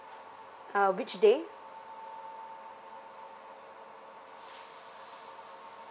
uh which day